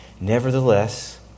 Nevertheless